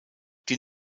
die